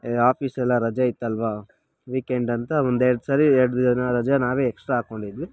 ಆಫೀಸೆಲ್ಲಾ ರಜೆ ಇತ್ತಲ್ವ ವೀಕೆಂಡ್ ಅಂತ ಒಂದು ಎರೆಡ್ಸರಿ ಎರಡು ದಿನ ರಜೆ ನಾವೇ ಎಕ್ಸ್ಟ್ರಾ ಹಾಕ್ಕೊಂಡಿದ್ವಿ